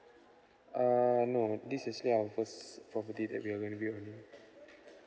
err no this is getting our first property that we are going to build only